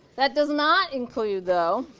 that does not include though,